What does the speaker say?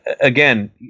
again